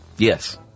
Yes